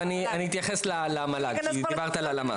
צריך להיכנס פה לתכנית הלימודים,